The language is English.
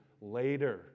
later